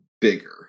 bigger